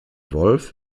wolf